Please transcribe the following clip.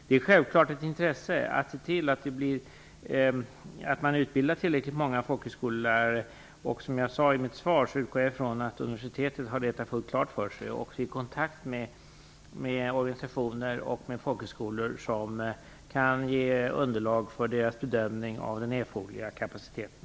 Det är självklart av intresse att se till att man utbildar tillräckligt många folkhögskollärare. Som jag sade i svaret utgår jag från att universitetet har detta fullt klart för sig och att man har kontakter med organisationer och folkhögskolor som kan ge underlag för deras bedömning av den erforderliga kapaciteten.